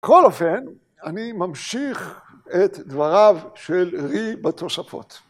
כל אופן, אני ממשיך את דבריו של רי בתוספות.